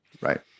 Right